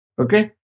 Okay